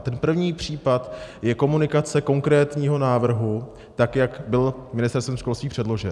Ten první případ je komunikace konkrétního návrhu, tak jak byl Ministerstvem školství předložen.